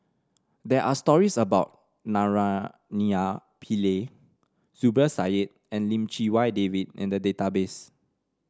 there are stories about Naraina Pillai Zubir Said and Lim Chee Wai David in the database